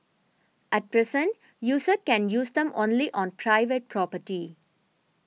at present users can use them only on private property